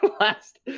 last